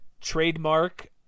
trademark